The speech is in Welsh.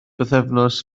bythefnos